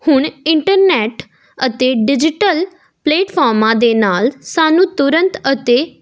ਹੁਣ ਇੰਟਰਨੈੱਟ ਅਤੇ ਡਿਜੀਟਲ ਪਲੇਟਫੋਮਾਂ ਦੇ ਨਾਲ ਸਾਨੂੰ ਤੁਰੰਤ ਅਤੇ